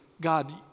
God